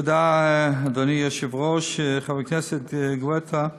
תודה, אדוני היושב-ראש, 1. חבר הכנסת גואטה,